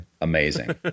amazing